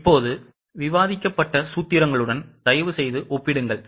இப்போது விவாதிக்கப்பட்ட சூத்திரங்களுடன் தயவுசெய்து ஒப்பிடுங்கள்